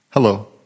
Hello